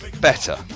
better